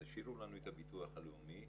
תשאירו לנו את הביטוח הלאומי